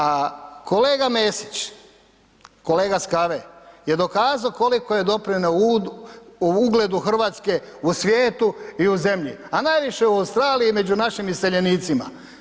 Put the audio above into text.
A kolega Mesić, kolega s kave, je dokazo koliko je doprineo u ugledu RH u svijetu i u zemlji, a najviše u Australiji među našim iseljenicima.